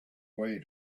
way